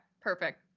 perfect